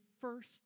first